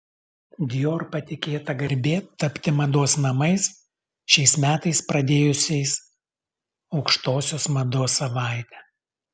dior patikėta garbė tapti mados namais šiais metais pradėjusiais aukštosios mados savaitę